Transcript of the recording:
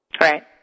Right